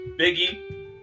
Biggie